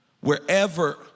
wherever